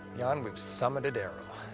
jan, we've summited aero.